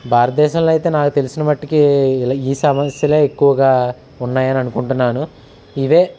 భారతదేశంలో అయితే నాకు తెలిసిన మట్టుకీ ఇలా ఈ సమస్యలే ఎక్కువగా ఉన్నాయని అనుకుంటున్నాను ఇవే